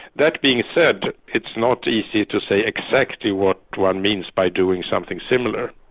that being said, it's not easy to say exactly what one means by doing something similar,